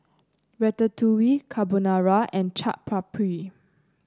Ratatouille Carbonara and Chaat Papri